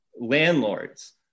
landlords